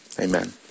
Amen